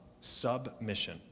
submission